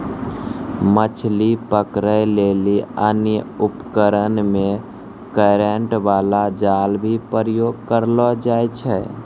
मछली पकड़ै लेली अन्य उपकरण मे करेन्ट बाला जाल भी प्रयोग करलो जाय छै